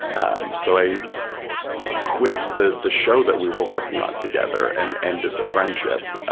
um so, i quit the the show that we were working on together and ended the friendship,